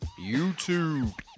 YouTube